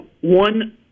one